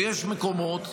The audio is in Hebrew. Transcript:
ויש מקומות,